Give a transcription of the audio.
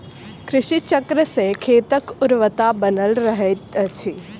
कृषि चक्र सॅ खेतक उर्वरता बनल रहैत अछि